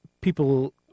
people